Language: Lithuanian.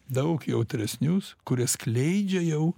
daug jautresnius kurie skleidžia jau